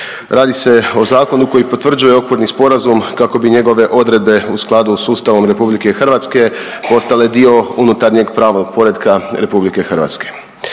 Radi se o zakonu koji potvrđuje okvirni sporazum kako bi njegove odredbe u skladu s Ustavom RH postale dio unutarnjeg pravnog poretka RH.